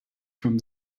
from